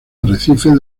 arrecifes